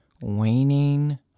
waning